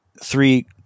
three